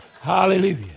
Hallelujah